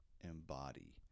embody